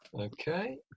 Okay